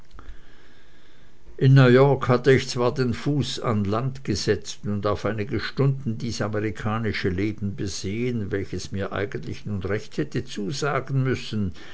in neuyork hatte ich zwar den fuß an das land gesetzt und auf einige stunden dies amerikanische leben besehen welches mir eigentlich nun recht hätte zusagen müssen